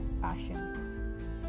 passion